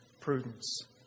prudence